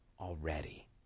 already